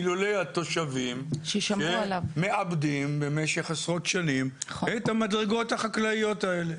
אילולא התושבים שמעבדים במשך עשרות שנים את המדרגות החקלאיות האלה.